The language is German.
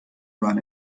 bahn